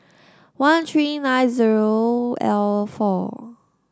one three nine zero L four